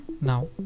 now